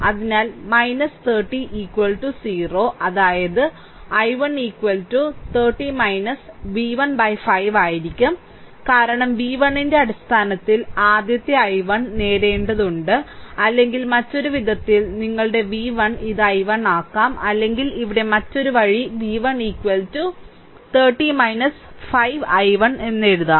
അതിനാൽ 30 0 അതായത് i1 30 v1 5 ആയിരിക്കും കാരണം v1 ന്റെ അടിസ്ഥാനത്തിൽ ആദ്യത്തെ i1 നേടേണ്ടതുണ്ട് അല്ലെങ്കിൽ മറ്റൊരു വിധത്തിൽ നിങ്ങളുടെ v1 ഇത് i1 ആക്കാം അല്ലെങ്കിൽ ഇവിടെ മറ്റൊരു വഴി v1 30 5 i1 എഴുതുന്നു